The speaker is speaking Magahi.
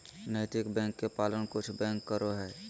नैतिक बैंक के पालन कुछ बैंक करो हइ